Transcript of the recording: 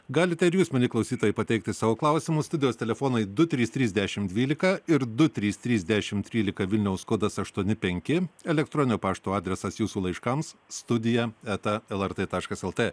galite ir jūs mini klausytojui pateikti savo klausimus studijos telefonai du trys trys dešimt dvylika ir du trys trys dešimt trylika vilniaus kodas aštuoni penki elektroninio pašto adresas jūsų laiškams studija eta lrt taškas lt